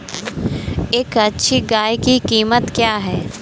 एक अच्छी गाय की कीमत क्या है?